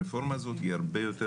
הרפורמה הזאת היא הרבה יותר